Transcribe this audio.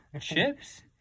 chips